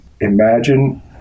imagine